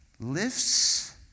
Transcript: lifts